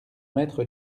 maître